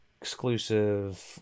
exclusive